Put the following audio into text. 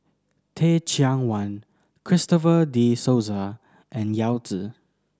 Teh Cheang Wan Christopher De Souza and Yao Zi